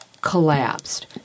collapsed